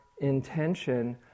intention